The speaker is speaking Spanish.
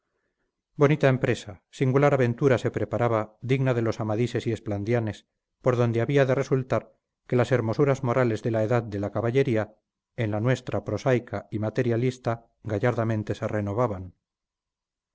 bonita empresa singular aventura se preparaba digna de los amadises y esplandianes por donde había de resultar que las hermosuras morales de la edad de la caballería en la nuestra prosaica y materialista gallardamente se renovaban